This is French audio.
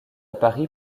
paris